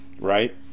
right